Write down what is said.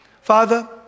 Father